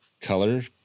color